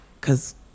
Cause